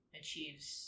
achieves